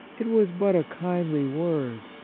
it was but a kindly word,